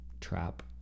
trap